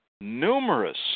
numerous